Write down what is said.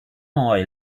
oil